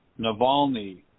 Navalny